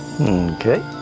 Okay